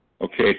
Okay